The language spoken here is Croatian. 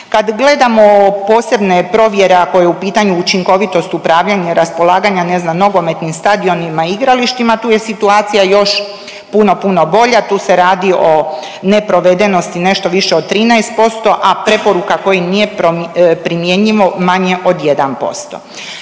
Kad gledamo posebne provjere ako je u pitanju učinkovitost upravljanja i raspolaganja ne znam nogometnim stadionima i igralištima tu je situacija još puno, puno bolja, tu se radi o ne provedenosti nešto više od 13%, a preporuka koji nije primjenjivo manje od 1%.